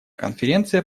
конференция